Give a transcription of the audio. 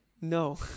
No